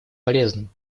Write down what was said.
полезным